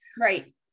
Right